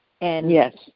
Yes